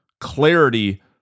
clarity